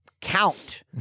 count